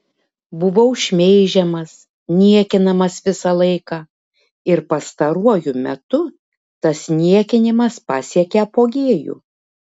buvau šmeižiamas niekinamas visą laiką ir pastaruoju metu tas niekinimas pasiekė apogėjų